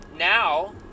Now